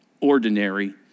ordinary